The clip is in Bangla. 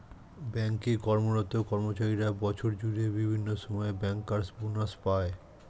ব্যাঙ্ক এ কর্মরত কর্মচারীরা বছর জুড়ে বিভিন্ন সময়ে ব্যাংকার্স বনাস পায়